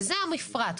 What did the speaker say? וזה המפרט.